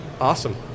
Awesome